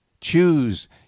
Choose